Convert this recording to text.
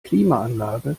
klimaanlage